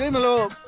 um hello.